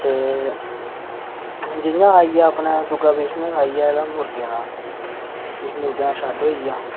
जि'यां आइया दूआ बिज़नेस आइया मुर्गें दा किश मुर्गें दा शैड होइया